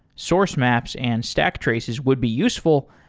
source maps and stack traces would be useful,